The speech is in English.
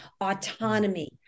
Autonomy